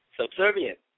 subservient